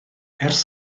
ers